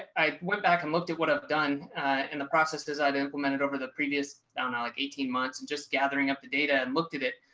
i went back and looked at what i've done in the processes i've implemented over the previous ah like eighteen months and just gathering up the data and looked at it.